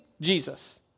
Jesus